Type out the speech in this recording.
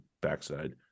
backside